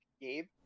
Gabe